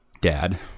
dad